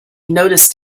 noticed